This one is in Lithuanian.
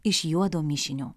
iš juodo mišinio